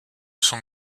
sont